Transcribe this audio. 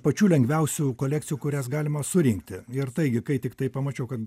pačių lengviausių kolekcijų kurias galima surinkti ir taigi kai tiktai pamačiau kad